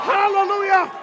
Hallelujah